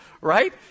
right